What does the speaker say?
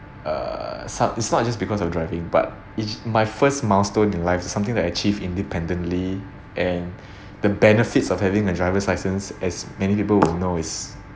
uh it's not it's not just because of driving but it's my first milestone in life something that achieve independently and the benefits of having a driver's license as many people will noise